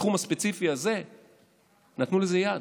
בתחום הספציפי הזה נתנו לזה יד.